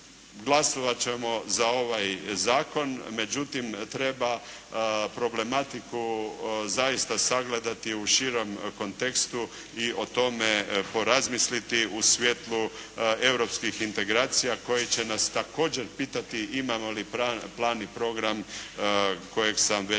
glasovat ćemo za ovaj zakon. Međutim, treba problematiku zaista sagledati u širem kontekstu i o tome porazmisliti u svijetlu europskih integracija koji će nas također pitati imamo li plan i program kojeg sam već